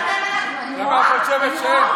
למה את חושבת שאין?